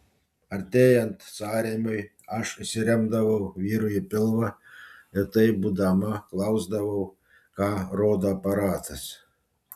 artėjant sąrėmiui aš įsiremdavau vyrui į pilvą ir taip būdama klausdavau ką rodo aparatas